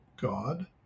god